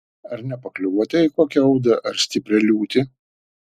ar nepakliuvote į kokią audrą ar stiprią liūtį